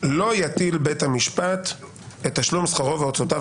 לא יטיל בית המשפט את תשלום שכרו והוצאותיו